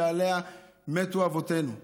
שעליה מתו אבותינו באינקוויזיציה,